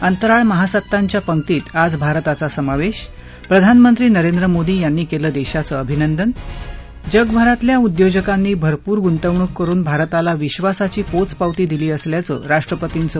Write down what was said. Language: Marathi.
अंतराळ महासत्तांच्या पंकीत आज भारताचा समावेश प्रधानमंत्री नरेंद्र मोदी यांनी केलं देशाचं अभिनंदन जगभरातल्या उद्योजकांनी भरपूर गुंतवणूक करुन भारताला विश्वासाची पोचपावती दिली असल्याचं राष्ट्रपतींचं